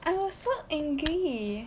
I was so angry